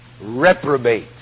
reprobate